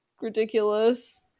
ridiculous